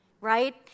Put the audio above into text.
right